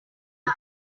are